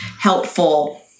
helpful